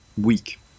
week